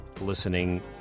listening